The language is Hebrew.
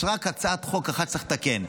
יש רק הצעת חוק אחת שצריך לתקן.